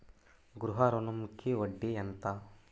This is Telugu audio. గృహ ఋణంకి వడ్డీ ఎంత?